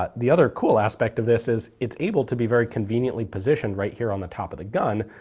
but the other cool aspect of this is it's able to be very conveniently positioned right here on the top of the gun,